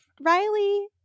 Riley